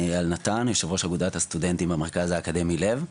אני יושב ראש אגודת הסטודנטים, המכרז האקדמי לב.